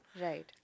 right